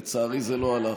לצערי, זה לא הלך.